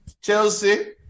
chelsea